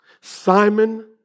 Simon